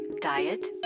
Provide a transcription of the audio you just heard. Diet